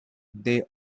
they